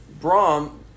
Brom